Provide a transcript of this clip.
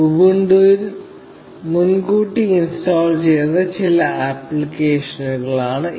ഉബുണ്ടുവിൽ മുൻകൂട്ടി ഇൻസ്റ്റാൾ ചെയ്ത ചില ആപ്ലിക്കേഷനുകളാണ് അവ